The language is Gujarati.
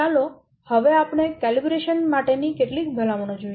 ચાલો હવે આપણે કેલિબ્રેશન માટેની કેટલીક ભલામણો જોઈએ